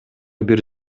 бир